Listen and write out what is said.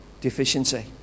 deficiency